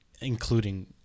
Including